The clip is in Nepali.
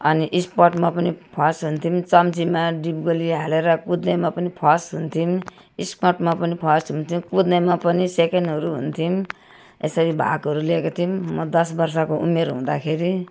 अनि स्पोर्टमा पनि फर्स्ट हुन्थ्यौँ चम्चीमा डिपगोली हालेर कुद्नेमा पनि फर्स्ट हुन्थ्यौँ स्पोर्टमा पनि फर्स्ट हुन्थ्यौँ कुद्नेमा पनि सेकेन्डहरू हुन्थ्यौँ यसरी भागहरू लिएको थियौँ म दस वर्षको उमेर हुँदाखेरि